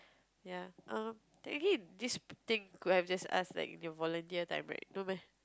ya um technically this thing could have just ask the volunteer direct no meh